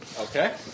Okay